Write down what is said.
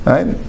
Right